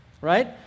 right